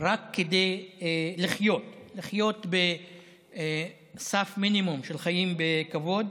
רק כדי לחיות, לחיות בסף מינימום של חיים בכבוד